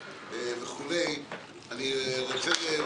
אני מבקש שתביאו